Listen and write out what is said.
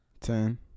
ten